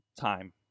Time